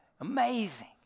Amazing